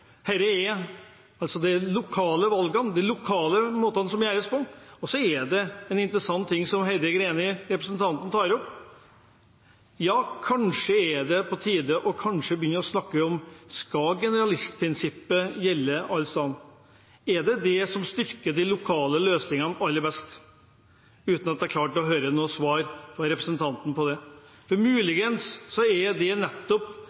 er en interessant ting representanten Heidi Greni tar opp, ja kanskje er det på tide å begynne å snakke om generalistprinsippet, om det skal gjelde alle steder, er det det som styrker de lokale løsningene aller best – uten at jeg klarte å høre noe svar fra representanten på det. Muligens er nettopp en del av svaret og løsningen at man ikke nødvendigvis kan ha akkurat det